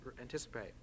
anticipate